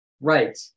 Right